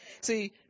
See